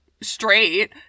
straight